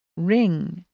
ring,